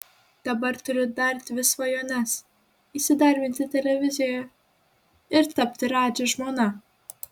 dabar turiu dar dvi svajones įsidarbinti televizijoje ir tapti radži žmona